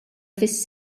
fis